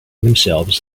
themselves